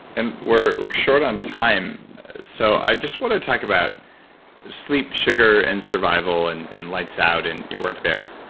and we're we're short on time so i just want to talk about sleep sugar and survival, and and lights out and your work there.